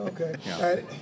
Okay